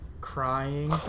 crying